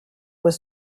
was